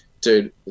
dude